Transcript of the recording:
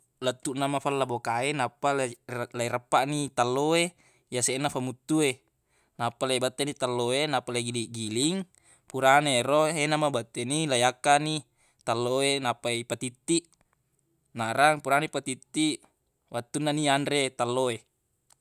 Lettuq na mafella boka e nappa lei- leireppaq ni tello e yaseq na famuttu e nappa leibette ni tello e nappa leigili-giling furana yero he namabette ni leiyakka ni tello e nappa ipetittiq narang purana ipatittiq wettunna ni yanre tello e